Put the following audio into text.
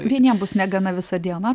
vieniems bus negana visa diena